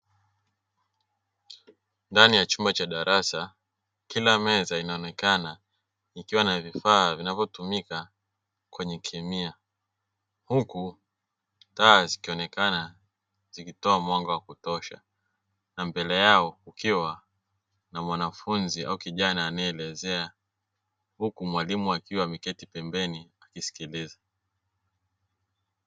Ndani ya chumba cha darasa kila meza inaonekana ikiwa na vifaa vinavyotumika kwenye kemia, huku taa zikionekana zikitoa mwanga wa kutosha na mbele yao kukiwa na mwanafunzi au kijana anayeelezea; huku mwalimu akiwa ameketi pembeni akisikiliza.